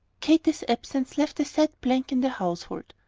katy's absence left a sad blank in the household.